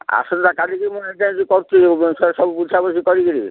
ଆସନ୍ତା କାଲିିକି ମୁଁ ଏନଗେଜ୍ କରୁଛି ସବୁ ବୁଝାବୁଝି କରିକିରି